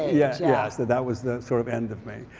yes, yes. that that was the sort of end of me.